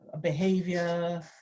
behavior